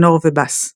טנור ובס.